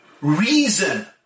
reason